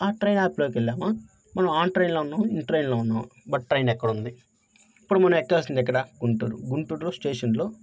ఆ ట్రైన్ యాప్లోకి వెళ్ళామా మనం ఆ ట్రైన్లో ఉన్నామా ఈ ట్రైన్లో ఉన్నామా బట్ ట్రైన్ ఎక్కడ ఉంది ఇప్పుడు మనం ఎక్కాల్సింది ఎక్కడ గుంటూరు గుంటూరులో స్టేషన్లో